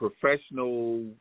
professional